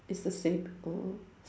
it's the same oh